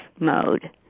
mode